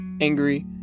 angry